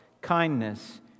kindness